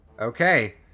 Okay